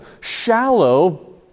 shallow